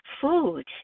food